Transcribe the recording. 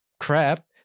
Crap